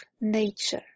Nature